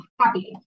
happy